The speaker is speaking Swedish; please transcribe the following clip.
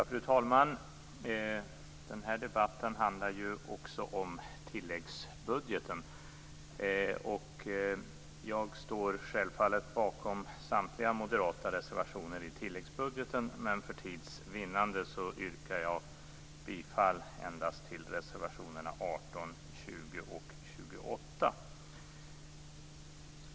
Fru talman! Den här debatten handlar ju också om tilläggsbudgeten. Jag står självfallet bakom samtliga moderata reservationer i tilläggsbudgeten, men för tids vinnande yrkar jag bifall endast till reservationerna 18, 20 och 28.